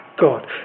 God